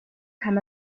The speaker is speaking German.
kam